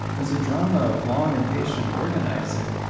there's a drama of long and patient organizing,